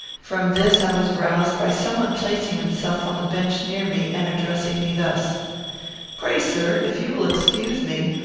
from this i was roused by some one placing himself on the bench near me and addressing me thus pray, sir, if you will excuse me,